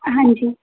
ਹਾਂਜੀ